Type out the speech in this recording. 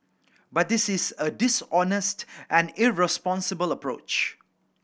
but this is a dishonest and irresponsible approach